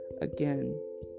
Again